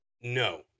No